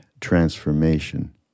transformation